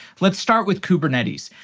let's start with kubernetes.